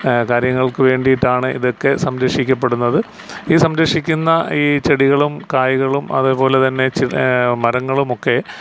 കാര്യങ്ങൾക്കു വേണ്ടിയിട്ടാണ് ഇതൊക്കെ സംരക്ഷിക്കപ്പെടുന്നത് ഇതു സംരക്ഷിക്കുന്ന ഈ ചെടികളും കായ്കളും അതേപോലെ തന്നെ ചി മരങ്ങളുമൊക്കെ